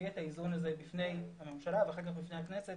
את האיזון בפני הממשלה ואחר כך בפני הכנסת